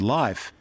life